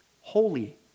Holy